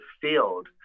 field